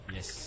Yes